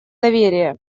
доверие